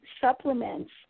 supplements